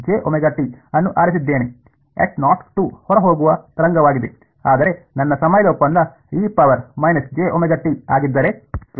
ನಾನು ejωt ಅನ್ನು ಆರಿಸಿದ್ದೇನೆ ಹೊರಹೋಗುವ ತರಂಗವಾಗಿದೆ ಆದರೆ ನನ್ನ ಸಮಯದ ಒಪ್ಪಂದ e jωt ಆಗಿದ್ದರೆ